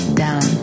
down